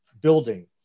building